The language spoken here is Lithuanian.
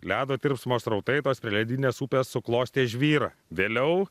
ledo tirpsmo srautai tos prieledyninės upės suklostė žvyrą vėliau